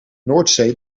noordzee